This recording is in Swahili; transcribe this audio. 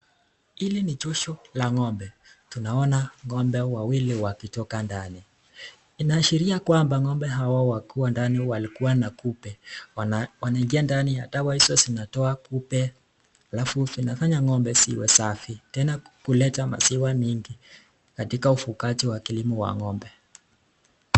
Hili ni josho la ng'ombe. Tunaona ng'ombe wawili wakitoka ndani. Inaashiria kwamba ng'ombe hao wakiwa ndani walikuwa na kupe. Wanaingia ndani ya dawa hizo zinatoa kupe alafu inafanya ng'ombe siwe safi. Tena kuleta maziwa mingi katika ufugaji wa kilimo wa ng'ombe.